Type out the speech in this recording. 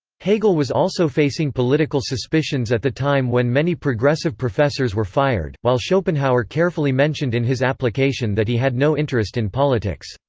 hegel was also facing political suspicions at the time when many progressive professors were fired, while schopenhauer carefully mentioned in his application that he had no interest in politics.